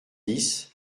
dix